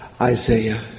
Isaiah